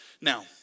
Now